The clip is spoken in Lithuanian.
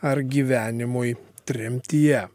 ar gyvenimui tremtyje